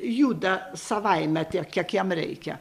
juda savaime tiek kiek jam reikia